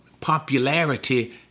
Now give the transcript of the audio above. popularity